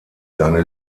seine